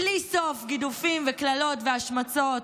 בלי סוף גידופים וקללות והשמצות,